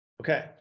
Okay